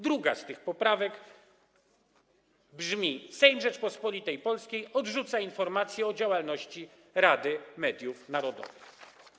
Druga z tych poprawek brzmi: Sejm Rzeczypospolitej Polskiej odrzuca informację o działalności Rady Mediów Narodowych.